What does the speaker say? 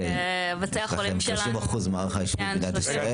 יש לכם 30% ממערך האשפוז במדינת ישראל.